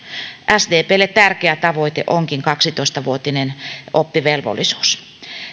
sdplle tärkeä tavoite onkin kaksitoista vuotinen oppivelvollisuus